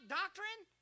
doctrine